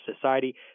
society